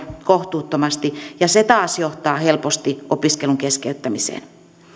kohtuuttomasti ja se taas johtaa helposti opiskelun keskeyttämiseen